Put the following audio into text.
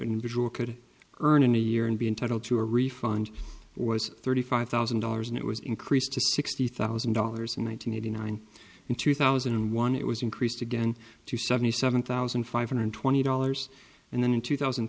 in visual could earn in a year and be entitled to a refund was thirty five thousand dollars and it was increased to sixty thousand dollars in one thousand nine hundred nine in two thousand and one it was increased again to seventy seven thousand five hundred twenty dollars and then in two thousand